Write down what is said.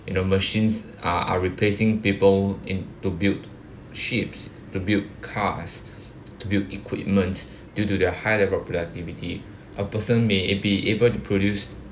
you know machines are are replacing people in to build ships to build cars to build equipments due to their high level productivity a person may be able to produce